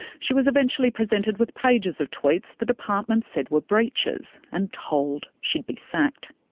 she was eventually presented with pages of tweets the department said were breaches, and told she'd be sacked.